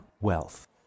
wealth